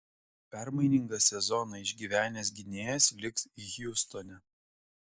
permainingą sezoną išgyvenęs gynėjas liks hjustone